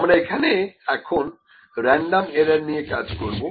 আমরা এখানে এখন রেনডম এরার নিয়ে কাজ করব